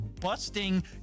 busting